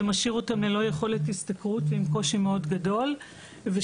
זה משאיר אותם ללא יכולת השתכרות ועם קושי מאוד גדול ושוב,